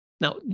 Now